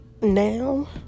Now